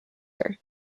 her